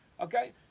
Okay